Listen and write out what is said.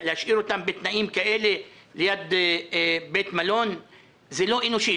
להשאיר אותם בתנאים כאלה ליד בית מלון זה לא אנושי.